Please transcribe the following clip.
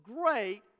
great